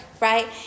right